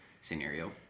scenario